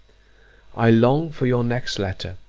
i long for your next letter.